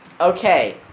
Okay